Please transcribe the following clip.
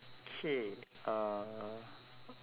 K ah